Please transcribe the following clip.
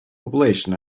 population